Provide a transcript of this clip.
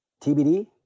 TBD